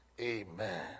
Amen